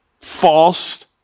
false